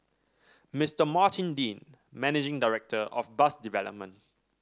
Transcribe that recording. Mister Martin Dean managing director of bus development